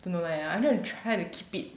don't know leh I'm going to try to keep it